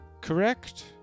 correct